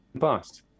past